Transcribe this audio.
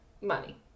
money